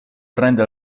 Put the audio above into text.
arrende